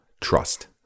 Trust